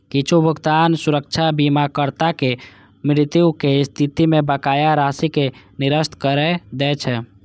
किछु भुगतान सुरक्षा बीमाकर्ताक मृत्युक स्थिति मे बकाया राशि कें निरस्त करै दै छै